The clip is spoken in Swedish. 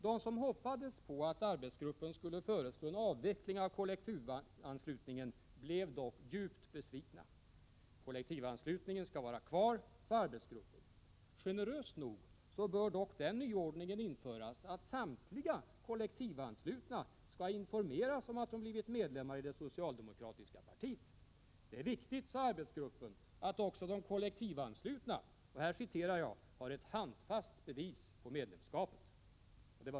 De som hoppades på att arbetsgruppen skulle föreslå en avveckling av kollektivanslutningen blev dock djupt besvikna. Kollektivanslutningen skall vara kvar, sade arbetsgruppen. Generöst nog bör dock den nyordningen införas att samtliga kollektivanslutna skall informeras om att de blivit medlemmar i det socialdemokratiska partiet! Det är viktigt, sade arbetsgruppen, att också de kollektivanslutna ”har ett handfast bevis på medlemskapet”.